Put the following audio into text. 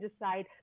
decide